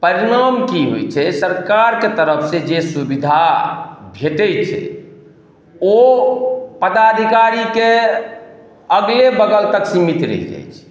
परिणाम की होइ छै सरकारके तरफ से जे सुविधा भेटै छै ओ पदाधिकारीके अगले बगल तक सीमित रहि जाइ छै